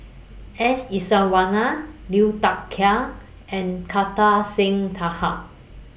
S Iswaran Liu Thai Ker and Kartar Singh Thakral